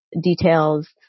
details